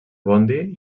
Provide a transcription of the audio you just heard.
bondy